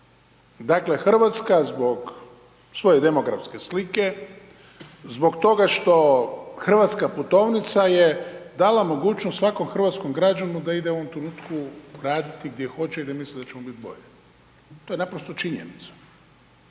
Dakle Hrvatska zbog svoje demografske slike, zbog toga što hrvatska putovnica je dala mogućnost svakom hrvatskom građaninu da ide u ovom trenutku raditi gdje hoće i gdje misli da će mu biti bolje, to je naprosto činjenica.